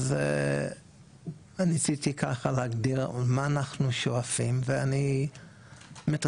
אז ניסיתי ככה להגדיר למה אנחנו שואפים ואני מתרגש